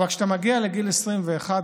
כשאתה מגיע לגיל 21,